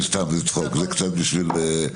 סתם בצחוק, זה סתם בשביל המצב רוח.